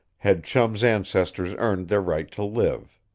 had chum's ancestors earned their right to live.